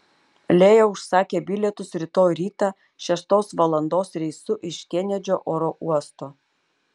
leo užsakė bilietus rytoj rytą šeštos valandos reisu iš kenedžio oro uosto